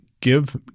Give